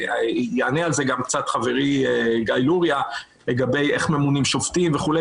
ויענה עם זה גם קצת חברי גיא לוריא לגבי הדרך שבה ממונים שופטים וכו'.